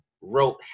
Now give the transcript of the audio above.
wrote